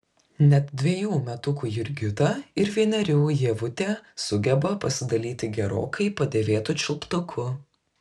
net dvejų metukų jurgita ir vienerių ievutė sugeba pasidalyti gerokai padėvėtu čiulptuku